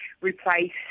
replace